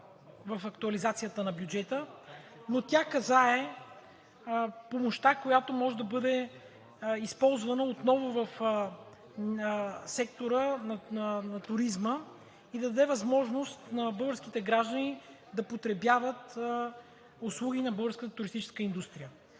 в актуализацията на бюджета, но тя касае помощта, която може да бъде използвана отново в сектора на туризма и да даде възможност на българските граждани да потребяват услуги на българската туристическа индустрия.